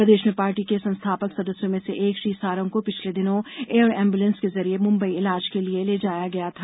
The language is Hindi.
प्रदेश में पार्टी के संस्थापक सदस्यों में से एक श्री सारंग को पिछले दिनों एयर एम्बुलेंस के जरिए मुंबई इलाज के लिये ले जाया गया था